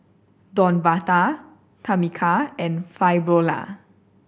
Devonta Tamica and Fabiola